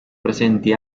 presenti